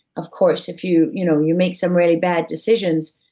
of course, if you you know you make some really bad decisions,